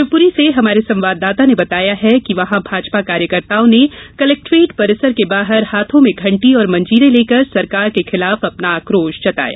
शिवपूरी से हमारे संवाददाता ने बताया है कि ँ वहां भाजपा कार्यकर्ताओं ने कलेक्टेट परिसर के बाहर हाथों में घट्टी और मंजीरे लेकर सरकार के खिलाफ अपना आकोश जताया